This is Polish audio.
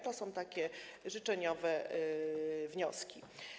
To są takie życzeniowe wnioski.